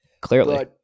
Clearly